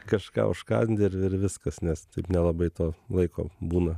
kažką užkandi ir ir viskas nes taip nelabai to laiko būna